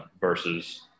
versus